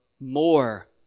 more